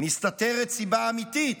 מסתתרת סיבה אמיתית,